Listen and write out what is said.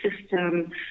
system